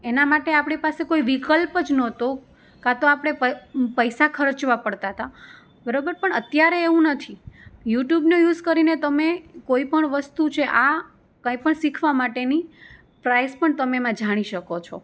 એના માટે આપણી પાસે કોઈ વિકલ્પ જ ન હતો કાં તો આપણે પૈસા ખર્ચવા પડતા હતા બરાબર પણ અત્યારે એવું નથી યુટ્યુબનો યુઝ કરીને તમે કોઈપણ વસ્તુ છે આ કંઈપણ શીખવા માટેની પ્રાઇઝ પણ તમે એમાં જાણી શકો છો